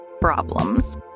problems